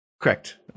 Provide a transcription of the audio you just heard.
Correct